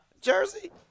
jersey